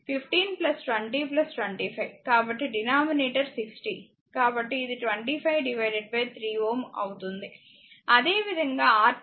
కాబట్టి డినామినేటర్ 60 కాబట్టి ఇది 25 3 Ω అవుతుంది